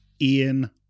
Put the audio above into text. Ian